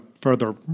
further